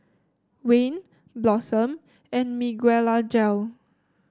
Wayne Blossom and Miguelangel